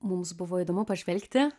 mums buvo įdomu pažvelgti